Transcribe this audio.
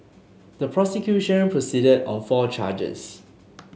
the prosecution proceeded on four charges